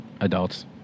adults